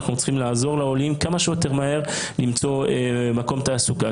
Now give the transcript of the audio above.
אנחנו צריכים לעזור לעולים כמה שיותר מהר למצוא מקום תעסוקה,